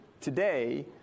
today